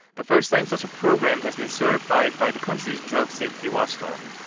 the first time such a program has been certified by the country's drug safety watchdog.